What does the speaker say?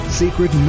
secret